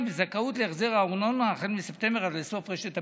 וזכאות להחזר ארנונה החל מספטמבר עד לסוף רשת הביטחון.